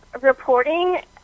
reporting